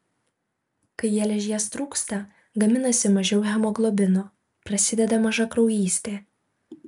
kai geležies trūksta gaminasi mažiau hemoglobino prasideda mažakraujystė